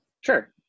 Sure